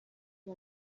ari